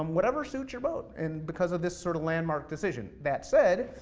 um whatever suits your boat, and because of this sort of landmark decision. that said,